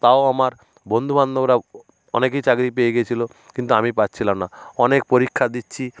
তাও আমার বন্ধুবান্ধবরা অনেকেই চাকরি পেয়ে গেছিল কিন্তু আমি পাচ্ছিলাম না অনেক পরীক্ষা দিচ্ছি